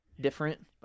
different